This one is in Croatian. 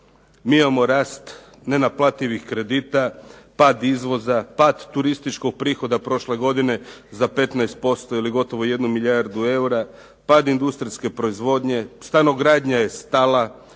Mi imamo rast nenaplativih kredita, pad izvoza, pad turističkog prihoda prošle godine za 15% ili gotovo jednu milijardu eura, pad industrijske proizvodnje, stanogradnja je stala.